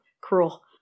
cruel